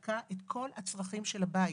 את כל הצרכים של הבית.